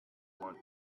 want